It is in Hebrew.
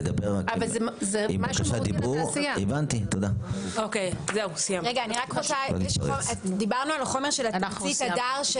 דיברנו על החומר של תמצית הדר.